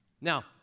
Now